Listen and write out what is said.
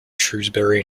shrewsbury